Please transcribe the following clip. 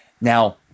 Now